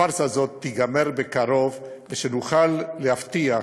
הפארסה הזאת תיגמר בקרוב, ונוכל להבטיח,